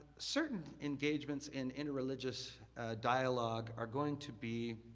certain engagements in interreligious dialogue are going to be